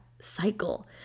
cycle